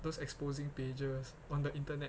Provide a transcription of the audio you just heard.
those exposing pages on the internet